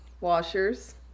Washers